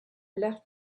left